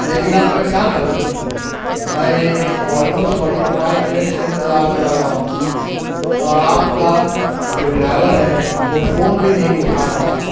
لیکن اب میں کیا کروں میں آلموسٹ فورٹی فائیو منٹ سے انتظار کر رہا ہوں اور آپ کا جو ڈرائیور ہے وہ فون بھی نہیں اٹھا رہا ہے